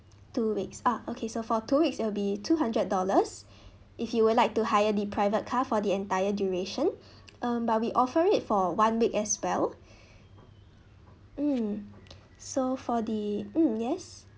two weeks ah okay so for two weeks it'll be two hundred dollars if you would like to hire the private car for the entire duration um but we offer it for one week as well mm so for the mm yes